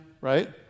Right